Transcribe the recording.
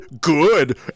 Good